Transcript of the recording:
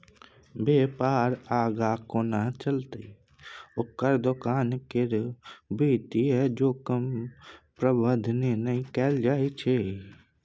बेपार आगाँ कोना चलतै ओकर दोकान केर वित्तीय जोखिम प्रबंधने नहि कएल छै